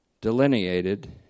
delineated